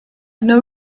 know